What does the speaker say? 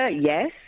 Yes